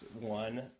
one